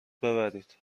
ببرید